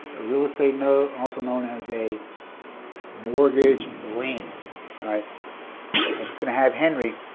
a real estate note also known as a mortgage lien alright and he's gonna have henry